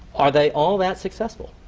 are they all that successful?